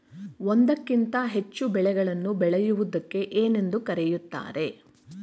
ಒಂದಕ್ಕಿಂತ ಹೆಚ್ಚು ಬೆಳೆಗಳನ್ನು ಬೆಳೆಯುವುದಕ್ಕೆ ಏನೆಂದು ಕರೆಯುತ್ತಾರೆ?